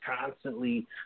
constantly